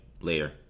Later